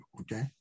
okay